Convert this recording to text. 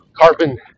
carbon